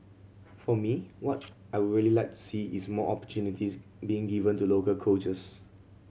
for me what I would really like to see is more opportunities being given to local coaches